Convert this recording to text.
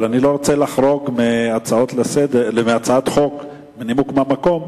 אבל אני לא רוצה לחרוג מנימוק מהמקום